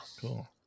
Cool